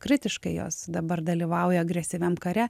kritiškai jos dabar dalyvauja agresyviam kare